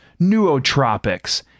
nootropics